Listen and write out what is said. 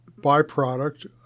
byproduct